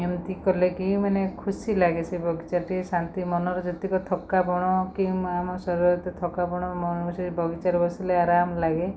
ଏମିତି କଲେକି ମାନେ ଖୁସି ଲାଗେ ସେ ବଗିଚାଟି ଶାନ୍ତି ମନରେ ଯେତିକ ଥକାପଣ କି ଆମ ଶରୀରରେ ଯେତେ ଥକାପଣ ବଗିଚାରେ ବସିଲେ ଆରାମ ଲାଗେ